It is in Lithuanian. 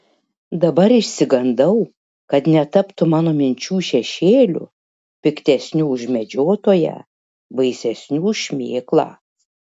dabar išsigandau kad netaptų mano minčių šešėliu piktesniu už medžiotoją baisesniu už šmėklą